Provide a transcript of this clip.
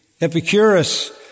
Epicurus